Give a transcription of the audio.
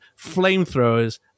flamethrowers